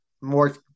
more